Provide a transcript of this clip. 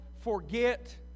forget